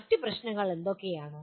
മറ്റ് പ്രശ്നങ്ങൾ എന്തൊക്കെയാണ്